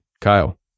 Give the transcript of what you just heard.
Kyle